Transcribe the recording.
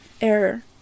error